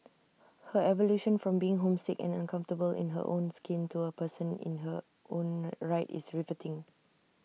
her evolution from being homesick and uncomfortable in her own skin to A person in her own right is riveting